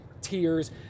tears